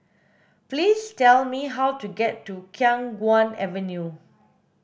please tell me how to get to Khiang Guan Avenue